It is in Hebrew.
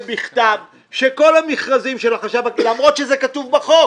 בכתב שכל המכרזים של החשב הכללי למרות שזה כתוב בחוק,